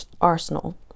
arsenal